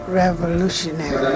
revolutionary